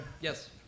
Yes